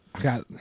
got